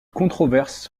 controverse